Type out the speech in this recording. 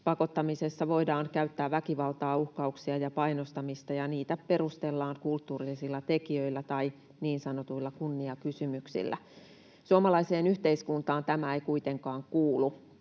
Pakottamisessa voidaan käyttää väkivaltaa, uhkauksia ja painostamista, ja niitä perustellaan kulttuurisilla tekijöillä tai niin sanotuilla kunniakysymyksillä. Suomalaiseen yhteiskuntaan tämä ei kuitenkaan kuulu.